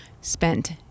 spent